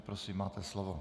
Prosím, máte slovo.